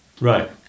right